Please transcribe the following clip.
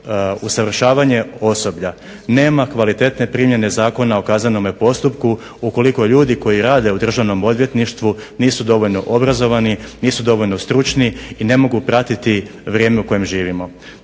usavršavanje osoblja nema kvalitetne primjene Zakona o kaznenom postupku ukoliko ljudi koji rade u Državnom odvjetništvu nisu dovoljno obrazovani, nisu dovoljno stručni i ne mogu pratiti vrijeme u kojem živimo.